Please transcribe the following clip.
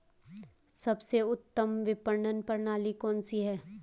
सबसे उत्तम विपणन प्रणाली कौन सी है?